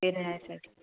sir